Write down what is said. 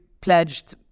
pledged